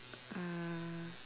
mm